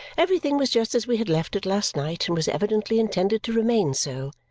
everything was just as we had left it last night and was evidently intended to remain so.